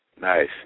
Nice